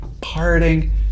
Parting